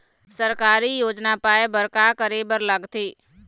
सरकारी योजना पाए बर का करे बर लागथे?